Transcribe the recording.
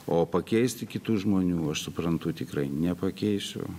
o pakeisti kitų žmonių aš suprantu tikrai nepakeisiu